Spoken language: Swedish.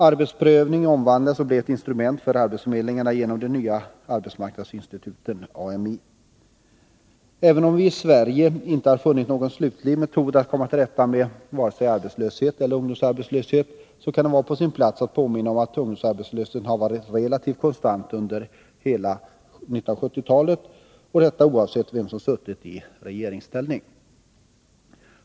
Arbetsprövningen omvandlades och blev ett instrument för arbetsförmedlingarna genom de nya arbetsmarknadsinstituten, AMI. Även om vi i Sverige inte har funnit någon slutlig metod för att komma till rätta med vare sig arbetslöshet eller ungdomsarbetslöshet kan det vara på sin plats att påminna om att ungdomsarbetslösheten har varit relativt konstant under hela 1970-talet — detta oavsett vem som suttit i regeringsställning.